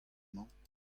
mañ